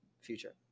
future